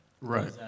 Right